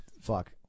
fuck